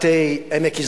בפאתי עמק יזרעאל,